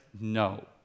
no